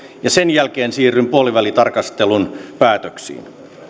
ja sen jälkeen siirryn puolivälitarkastelun päätöksiin